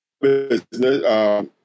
business